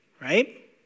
Right